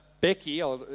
Becky